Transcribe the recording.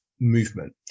movement